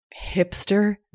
Hipster